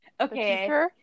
Okay